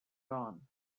gone